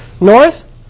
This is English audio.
North